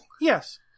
Yes